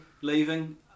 leaving